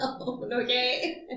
Okay